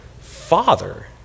Father